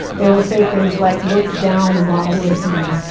they will say things like, looks down while listening,